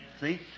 See